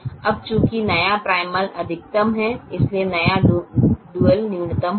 अब चूंकि नया प्राइमल अधिकतम है इसलिए नया डुअल न्यूनतम होगा